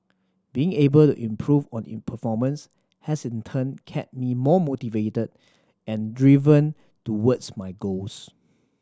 being able to improve on performance has in turn kept me more motivated and driven towards my goals